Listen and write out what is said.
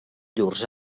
llurs